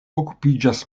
okupiĝas